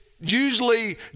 Usually